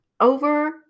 over